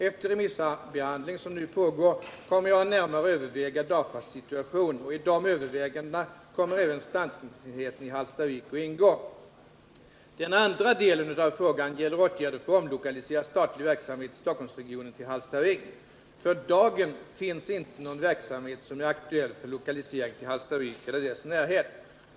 Efter remissbehandlingen, som f.n. pågår, kommer jag att närmare överväga DAFA:s situation. I dessa överväganden kommer även stansningsenheten i Hallstavik att ingå. Den andra delen av frågan gäller åtgärder för att omlokalisera statlig verksamhet i Stockholmsregionen till Hallstavik. För dagen finns inte någon verksamhet som är aktuell för lokalisering till Hallstavik eller dess närhet.